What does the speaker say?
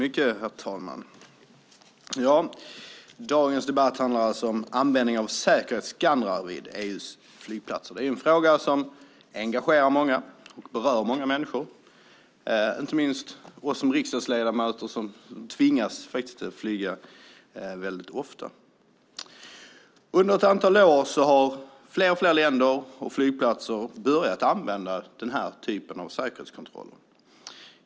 Herr talman! Dagens debatt handlar alltså om användningen av säkerhetsskannrar vid EU:s flygplatser. Det är en fråga som engagerar många och berör många människor, inte minst oss riksdagsledamöter som tvingas flyga väldigt ofta. Under ett antal år har fler och fler länder och flygplatser börjat använda denna typ av säkerhetskontroller.